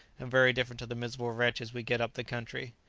and very different to the miserable wretches we get up the country.